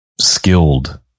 skilled